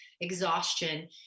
exhaustion